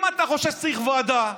אם אתה חושב שצריך ועדה,